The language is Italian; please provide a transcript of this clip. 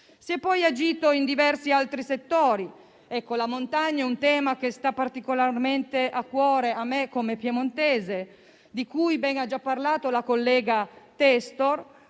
Si è, poi, agito in diversi altri settori. La montagna è un tema che mi sta particolarmente a cuore, come piemontese, e di cui ha già ben parlato la collega Testor.